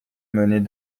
menait